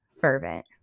fervent